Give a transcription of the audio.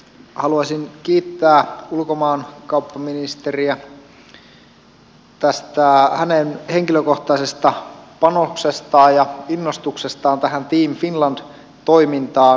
haluaisin kiittää ulkomaankauppaministeriä tästä hänen henkilökohtaisesta panoksestaan ja innostuksestaan tähän team finland toimintaan